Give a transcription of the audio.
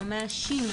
לא מאשים,